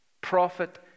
Prophet